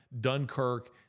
Dunkirk